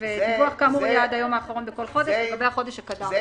דיווח כאמור יהיה עד היום בכל חודש לגבי החודש שקדם לו.